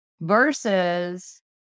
Versus